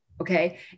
Okay